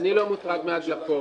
אני לא מוטרד מההדלפות.